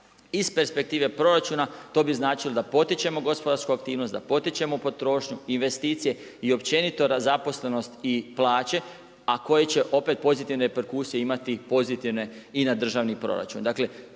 iz perspektive proračuna, to bi značilo da potičemo gospodarsku aktivnost, da potičemo potrošnju, investicije i općenito zaposlenost i plaće a koje će opet pozitivne reperkusije imati pozitivne i na državni proračun.